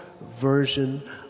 version